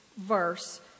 verse